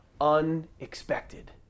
unexpected